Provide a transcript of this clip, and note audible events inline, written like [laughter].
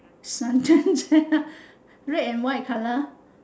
sun tan chair [laughs] red and white colour